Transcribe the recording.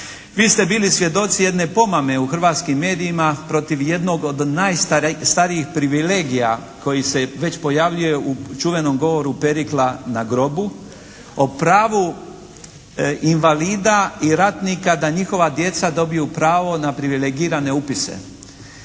Vi ste bili svjedoci jedne pomame u hrvatskim medijima protiv jednog od najstarijih privilegija koji se već pojavljuje u čuvenom govoru Perikla na grobu o pravu invalida i ratnika da njihova djeca dobiju pravo na privilegirane upise.